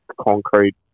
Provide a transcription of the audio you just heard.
concrete